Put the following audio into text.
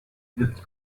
with